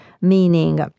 meaning